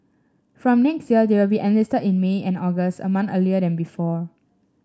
from next year they will be enlisted in May and August a month earlier than before